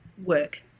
work